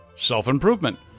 self-improvement